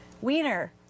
Wiener